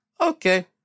Okay